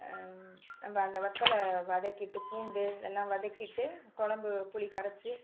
நம்ம அந்த வத்தலை வதக்கிட்டு பூண்டு இதெல்லாம் வதக்கிட்டு குழம்பு புளி கரைச்சி